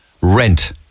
rent